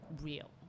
real